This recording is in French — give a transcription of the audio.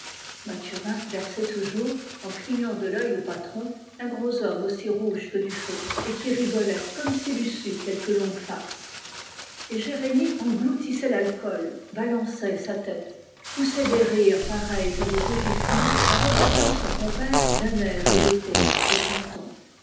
mathurin versait toujours en clicrnant de l'œil au patron un gros homme aussi rouge que du feu et qui rigolait comme s'il eût su quelque longue farce et jérémie engloutissait l'alcool balançait sa tête poussait des rires pareils à des rugissements en regardant son compère d'un air hébété et content